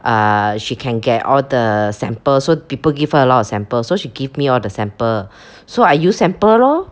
uh she can get all the sample so people give her a lot of samples so she give me all the sample so I use sample lor